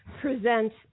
present